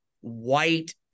white